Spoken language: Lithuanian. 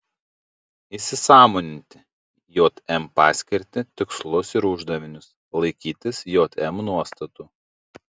įsisąmoninti jm paskirtį tikslus ir uždavinius laikytis jm nuostatų